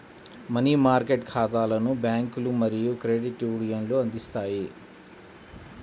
money market ఖాతాలను బ్యాంకులు మరియు క్రెడిట్ యూనియన్లు అందిస్తాయి